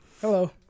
Hello